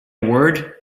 word